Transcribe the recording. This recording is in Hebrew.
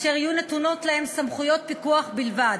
אשר יהיו נתונות להם סמכויות פיקוח בלבד.